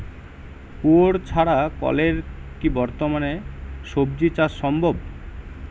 কুয়োর ছাড়া কলের কি বর্তমানে শ্বজিচাষ সম্ভব?